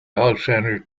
alexander